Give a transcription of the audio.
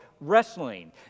wrestling